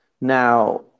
now